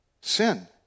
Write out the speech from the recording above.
Sin